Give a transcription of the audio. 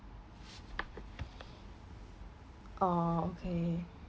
oo okay